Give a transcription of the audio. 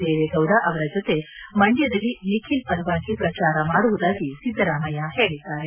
ದೇವೇಗೌಡ ಅವರ ಜೊತೆ ಮಂಡ್ಕದಲ್ಲಿ ನಿಖಿಲ್ ಪರವಾಗಿ ಪ್ರಜಾರ ಮಾಡುವುದಾಗಿ ಸಿದ್ದರಾಮಯ್ಕ ಹೇಳಿದ್ದಾರೆ